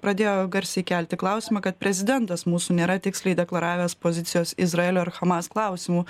pradėjo garsiai kelti klausimą ka prezidentas mūsų nėra tiksliai deklaravęs pozicijos izraelio ir hamas klausimu